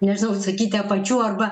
nežinau vat sakyti apačių arba